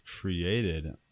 created